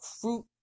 fruit